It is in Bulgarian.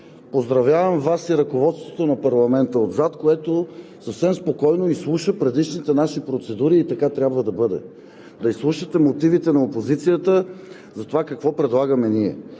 поздравявам Вас и ръководството на парламента отзад, което съвсем спокойно изслуша предишните наши процедури, и така трябва да бъде – да изслушате мотивите на опозицията за това какво ние предлагаме.